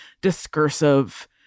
discursive